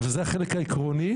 וזה החלק העקרוני,